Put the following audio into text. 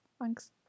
Thanks